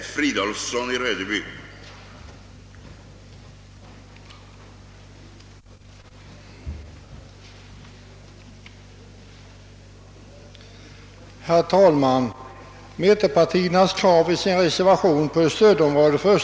fogade reservationerna.